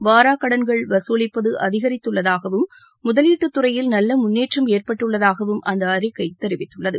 வாராக் கடன்கள் வசூலிப்பது அதிகரித்துள்ளதாகவும் முதவீடு துறையில் நல்ல முன்னேற்றம் ஏற்பட்டுள்ளதாகவும் அந்த அறிக்கை தெரிவித்துள்ளது